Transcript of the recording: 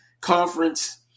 conference